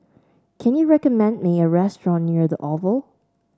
can you recommend me a restaurant near the Oval